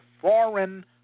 foreign